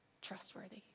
trustworthy